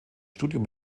studium